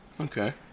okay